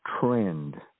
trend